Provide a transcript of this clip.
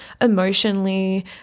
emotionally